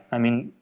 i mean,